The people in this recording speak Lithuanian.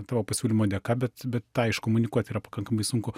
tavo pasiūlymo dėka bet bet tą iškomunikuot yra pakankamai sunku